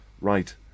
right